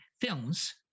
films